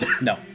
No